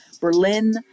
Berlin